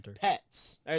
pets